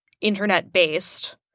internet-based